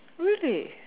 really